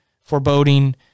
foreboding